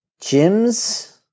gyms